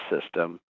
system